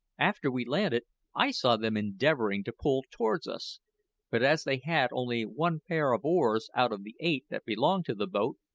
after we landed i saw them endeavouring to pull towards us but as they had only one pair of oars out of the eight that belonged to the boat,